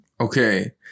okay